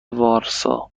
وارسا